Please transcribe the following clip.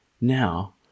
Now